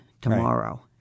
tomorrow